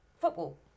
football